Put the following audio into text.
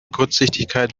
kurzsichtigkeit